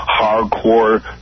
hardcore